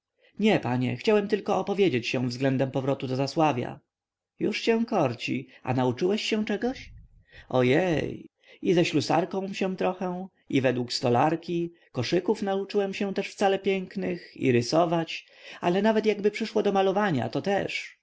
nie panie chciałem tylko opowiedzieć się względem powrotu do zasławia już cię korci a nauczyłeś się czego ojej i ze ślusarkąm się trochę i według stolarki koszyków nauczyłem się też wcale pięknych i rysować a nawet jakby przyszło do malowania to też